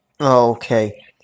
Okay